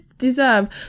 deserve